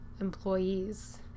employees